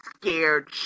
scared